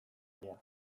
egia